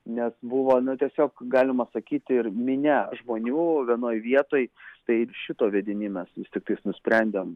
nes buvo na tiesiog galima sakyti ir minia žmonių vienoj vietoj tai šito vedini mes vis tik tais nusprendėm